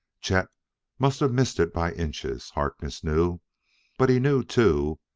chet must have missed it by inches, harkness knew but he knew, too,